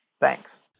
Thanks